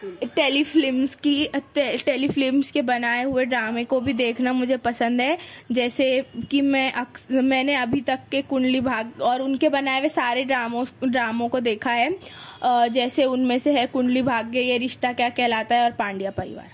ٹیلی films کی telefilms کے بنائے ہوئے ڈرامے کو بھی دیکھنا مجھے پسند ہے جیسے کہ میں اکثر میں نے ابھی تک کے کنڈلی بھاگیہ اور ان کے بنائے ہوئے سارے ڈراموس ڈراموں کو دیکھا ہے جیسے ان میں سے ہے کنڈلی بھاگیہ یہ رشتہ کیا کہلاتا ہے اور پانڈیا پریوار